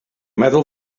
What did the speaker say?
meddwl